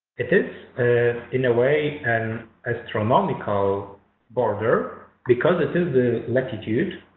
it is in a way an astronomical border because it is the latitude